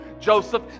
Joseph